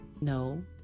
no